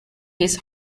his